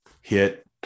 hit